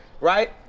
right